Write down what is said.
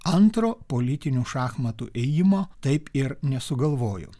antro politinių šachmatų ėjimo taip ir nesugalvojo